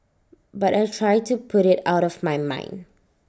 but I try to put IT out of my mind